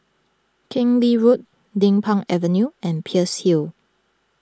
Keng Lee Road Din Pang Avenue and Peirce Hill